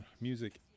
music